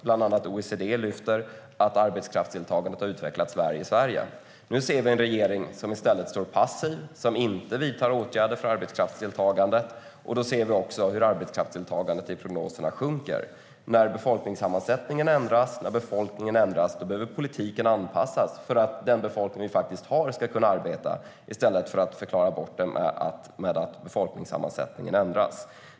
Bland annat OECD lyfter fram att arbetskraftsdeltagandet har utvecklats väl i Sverige. Nu ser vi en regering som i stället står passiv, som inte vidtar åtgärder för arbetskraftsdeltagandet. Då ser vi också att arbetskraftsdeltagandet sjunker i prognoserna. När befolkningssammansättningen ändras behöver politiken anpassas för att den befolkning vi har ska kunna arbeta, i stället för att man förklarar bort det med att befolkningssammansättningen ändras.